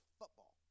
football